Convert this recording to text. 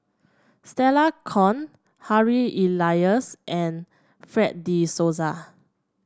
Stella Kon Harry Elias and Fred De Souza